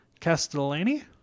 Castellani